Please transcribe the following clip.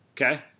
okay